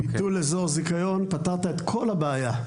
ביטול אזור זיכיון, פתרת את כל הבעיה.